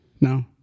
No